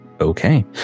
Okay